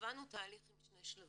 וקבענו תהליך עם שני שלבים.